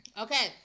Okay